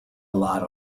lot